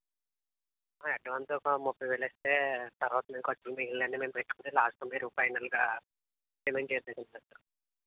advance ఒక ముప్పై వేలు ఇస్తే తర్వాత మేము ఖర్చులు మిగిలినవి అన్నీ మేము పెట్టుకుని లాస్ట్లో మీరు ఫైనల్గా పేమెంట్ చేద్దురు కానీ సార్